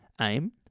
Aim